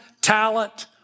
talent